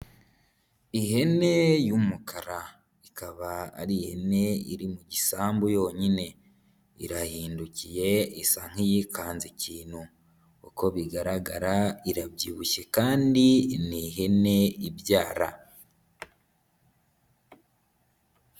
Ihene y'umukara, ikaba ari ihene iri mu gisambu yonyine, irahindukiye isa nkiyikanze ikintu, uko bigaragara irabyibushye kandi ni ihene ibyara.